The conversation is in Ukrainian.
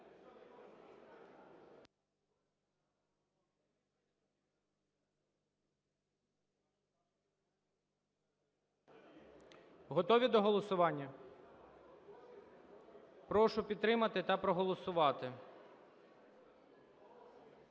Готові до голосування? Прошу підтримати та проголосувати.